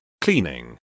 cleaning